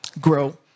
grow